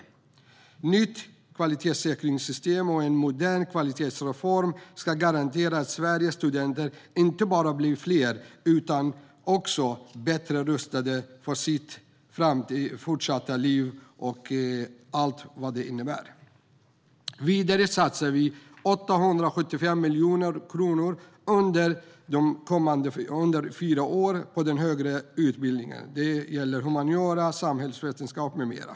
Ett nytt kvalitetssäkringssystem och en modern kvalitetsreform ska garantera att Sveriges studenter inte bara blir fler utan också bättre rustade för sina fortsatta liv med allt vad det innebär. Vidare satsar vi 875 miljoner kronor under fyra år på den högre utbildningen. Det gäller humaniora, samhällsvetenskap med mera.